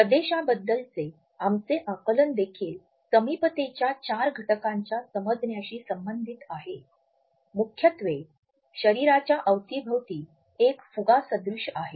प्रदेशाबद्दलचे आमचे आकलनदेखील समीपतेच्या चार घटकांच्या समजण्याशी संबंधित आहे मुख्यत्वे शरीराच्या अवतीभवती एक फुगासदृश आहे